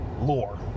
lore